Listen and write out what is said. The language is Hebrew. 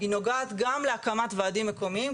היא נוגעת גם להקמת ועדים מקומיים,